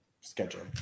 schedule